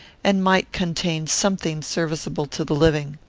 and might contain something serviceable to the living.